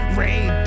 rain